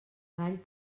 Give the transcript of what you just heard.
gall